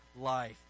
life